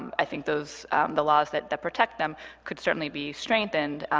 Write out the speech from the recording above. i think those the laws that that protect them could certainly be strengthened,